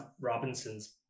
robinson's